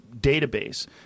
database